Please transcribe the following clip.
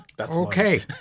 Okay